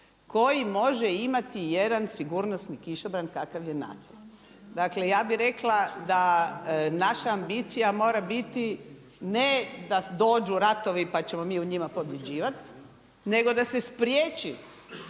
koji može imati jedan sigurnosni kišobran kakav je NATO. Dakle ja bi rekla da naša ambicija mora biti ne da dođu ratovi pa ćemo mi u njima pobjeđivat, nego da se spriječi